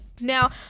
Now